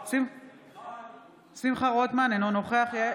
בעד שמחה רוטמן, אינו נוכח יעל